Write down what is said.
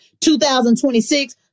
2026